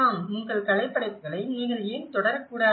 ஆம் உங்கள் கலைப்படைப்புகளை நீங்கள் ஏன் தொடரக்கூடாது